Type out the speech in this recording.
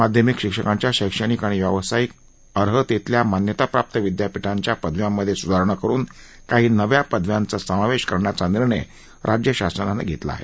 माध्यमिक शिक्षकांच्या शैक्षणिक आणि व्यावसायिक अर्हतेतल्या मान्यताप्राप्त विद्यापीठाच्या पदव्यांमध्ये सुधारणा करुन काही नव्या पदव्यांचा समावेश करण्याचा निर्णय राज्य शासनानं घेतला आहे